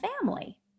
family